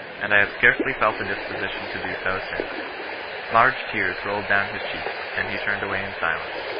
and i have scarcely felt a disposition to do so since large tears rolled down his cheeks, and he turned away in silence.